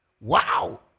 Wow